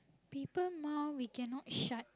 people mouth we cannot shut